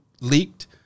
leaked